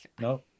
No